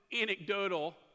anecdotal